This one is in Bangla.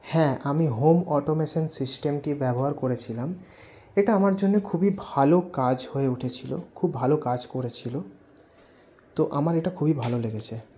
হ্যাঁ আমি হোম অটোমেশন সিস্টেমটি ব্যবহার করেছিলাম এটা আমার জন্য খুবই ভালো কাজ হয়ে উঠেছিল খুব ভালো কাজ করেছিল তো আমার এটা খুবই ভালো লেগেছে